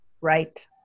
Right